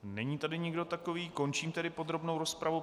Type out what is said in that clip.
Není tady nikdo takový, končím tedy podrobnou rozpravu.